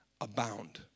abound